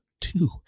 two